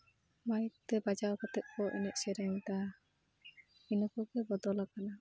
ᱢᱟᱭᱤᱠᱛᱮ ᱵᱟᱡᱟᱣ ᱠᱟᱛᱮ ᱠᱚ ᱮᱱᱮᱡ ᱥᱮᱨᱮᱧᱮᱫᱟ ᱤᱱᱟᱹ ᱠᱚᱜᱮ ᱵᱚᱫᱚᱞᱟᱠᱟᱱᱟ